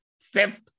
fifth